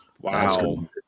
Wow